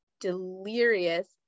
delirious